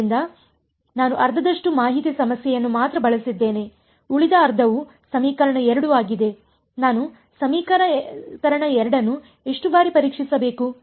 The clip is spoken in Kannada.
ಆದ್ದರಿಂದ ಆದರೆ ನಾನು ಅರ್ಧದಷ್ಟು ಮಾಹಿತಿ ಸಮಸ್ಯೆಯನ್ನು ಮಾತ್ರ ಬಳಸಿದ್ದೇನೆ ಉಳಿದ ಅರ್ಧವು ಸಮೀಕರಣ 2 ಆಗಿದೆನಾನು ಸಮೀಕರಣ 2ನ್ನು ಎಷ್ಟು ಬಾರಿ ಪರೀಕ್ಷಿಸಬೇಕು